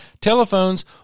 telephones